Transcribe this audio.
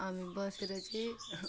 हामी बसेर चाहिँ